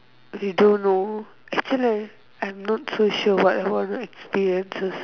we don't know actually I'm not sure what I want to experiences